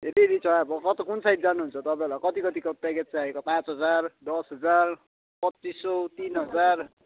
हेरी हेरी छ अब कता कुन साइड जानुहुन्छ तपाईँहरूलाई कति कतिको प्याकेज चाहिएको पाँच हजार दस हजार पच्चिस सय तिन हजार